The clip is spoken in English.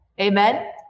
amen